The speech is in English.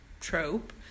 trope